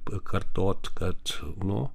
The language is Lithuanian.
pakartot kad nu